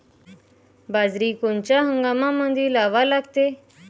बाजरी कोनच्या हंगामामंदी लावा लागते?